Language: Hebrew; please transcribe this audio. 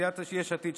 סיעת יש עתיד,